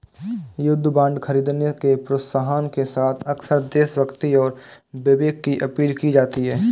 युद्ध बांड खरीदने के प्रोत्साहन के साथ अक्सर देशभक्ति और विवेक की अपील की जाती है